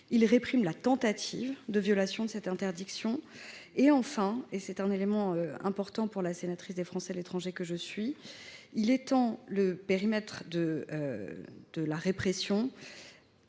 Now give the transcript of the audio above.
à réprimer la tentative de violation de cette interdiction. Troisièmement – et c’est un élément important pour la sénatrice des Français de l’étranger que je suis –, il tend à étendre le périmètre de la répression